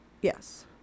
yes